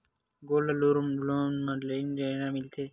Gold loan म ऋण कइसे मिलथे?